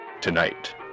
Tonight